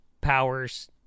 powers